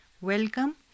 Welcome